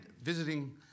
visiting